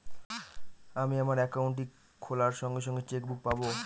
আমি আমার একাউন্টটি খোলার সঙ্গে সঙ্গে চেক বুক পাবো?